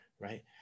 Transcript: right